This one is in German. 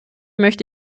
möchte